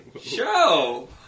Show